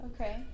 Okay